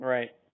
Right